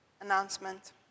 announcement